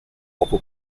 poco